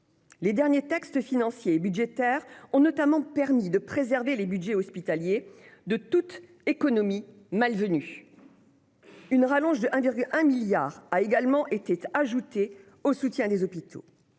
Les derniers textes financiers et budgétaires ont notamment permis de préserver les budgets hospitaliers de toute économie malvenue. Une rallonge de 1,1 milliard d'euros a également été décidée pour soutenir les hôpitaux.